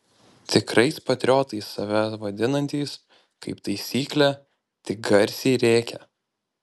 tikrais patriotais save vadinantys kaip taisyklė tik garsiai rėkia